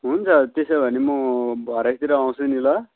हुन्छ त्यसो भने म भरेतिर आउँछु नि ल